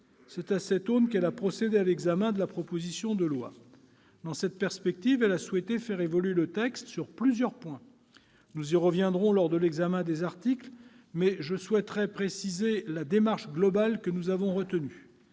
C'est à cette aune qu'elle a procédé à l'examen de la proposition de loi. Dans cette perspective, elle a souhaité faire évoluer le texte sur plusieurs points. Nous y reviendrons lors de l'examen des articles, mais je souhaiterais préciser la démarche globale que nous avons retenue.